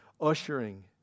ushering